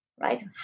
right